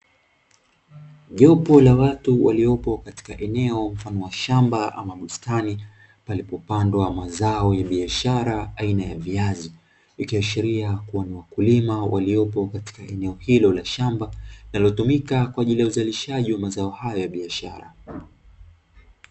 Jopo la watu waliopo katika eneo mfano wa shamba ama bustani; palipopandwa mazao ya biashara aina ya viazi, ikiashiria kuwa ni wakulima waliopo katika eneo hilo la shamba; linalotumika kwa ajili ya uzalishaji wa mazao hayo ya biashara.